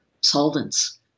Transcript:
solvents